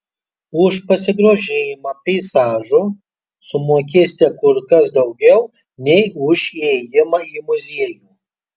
už pasigrožėjimą peizažu sumokėsite kur kas daugiau nei už įėjimą į muziejų